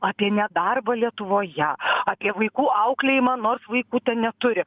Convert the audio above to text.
apie nedarbą lietuvoje apie vaikų auklėjimą nors vaikų ten neturi